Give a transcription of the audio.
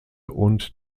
und